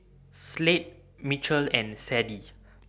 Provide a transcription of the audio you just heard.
Slade Michell and Sadie